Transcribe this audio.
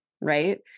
right